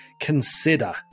consider